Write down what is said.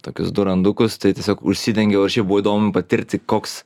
tokius du randukus tai tiesiog užsidengiau ir šiaip buvo įdomu patirti koks